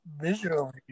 Visually